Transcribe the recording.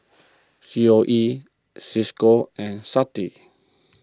C O E Cisco and SAFTI